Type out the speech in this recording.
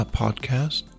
podcast